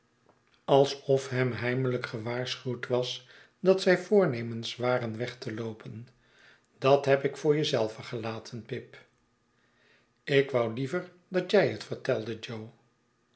alsof hem heimelijk gewaarschuwd was dat zij voornemens waren weg te loopen dat heb ik voor je zelven gelaten pip ik wou liever dat jij het vertelde jo